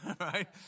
right